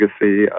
legacy